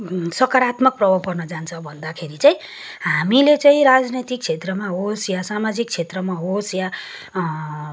सकारात्मक प्रभाव पर्न जान्छ भन्दाखेरि चाहिँ हामीले चाहिँ राजनैतिक क्षेत्रमा होस् या सामाजिक क्षेत्रमा होस् या